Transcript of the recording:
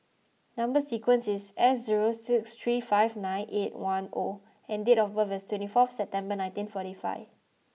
number sequence is S zero six three five nine eight one O and date of birth is twenty four September nineteen forty five